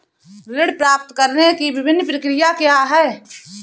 ऋण प्राप्त करने की विभिन्न प्रक्रिया क्या हैं?